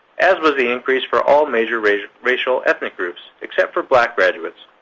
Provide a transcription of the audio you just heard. as was the increase for all major racial racial ethnic groups, except for black graduates.